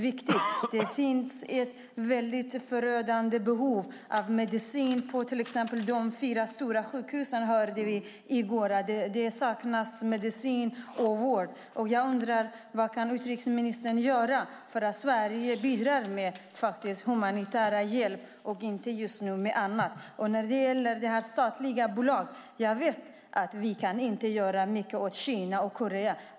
Det finns ett stort behov, och det råder en förödande brist på medicin på till exempel de fyra stora sjukhusen. Vi hörde i går att det saknas medicin och vård där. Jag undrar vad utrikesministern kan göra för att Sverige ska bidra med humanitär hjälp och inte med annat just nu. När det gäller statliga bolag vet jag att vi inte kan göra mycket åt Kina och Korea.